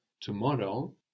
Tomorrow